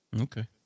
Okay